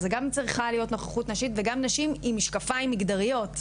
אז צריכה להיות נוכחות נשית וגם נשים עם משקפיים מגדריות.